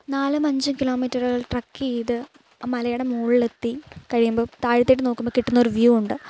നാലും അഞ്ചും കിലോമീറ്ററുകൾ ട്രക്ക് ചെയ്ത് ആ മലയുടെ മുകളിലെത്തി കഴിയുമ്പോൾ താഴത്തോട്ട് നോക്കുമ്പോൾ കിട്ടുന്ന ഒരു വ്യൂ ഉണ്ട്